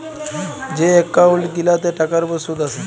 যে এক্কাউল্ট গিলাতে টাকার উপর সুদ আসে